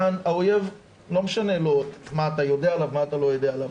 כאן לאויב לא משנה מה אתה יודע עליו או מה אתה לא יודע עליו.